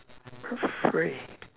for free